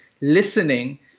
listening